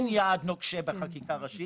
אין יעד נוקשה בחקיקה ראשית.